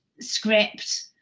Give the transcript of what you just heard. script